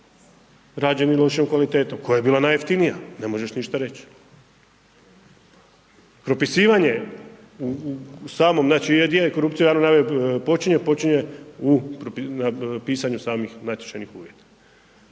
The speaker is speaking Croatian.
rađeni lošijom kvalitetom, koja je bila najjeftinija, ne možeš ništa reći. Propisivanje u samom, znači ovaj dio korupcije u javnoj nabavi počinje, počinje u pisanju samih natječajnih uvjeta.